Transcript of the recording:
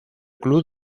club